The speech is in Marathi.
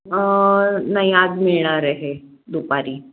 नाही आज मिळणार आहे दुपारी